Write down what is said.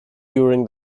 during